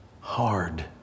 hard